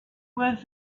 was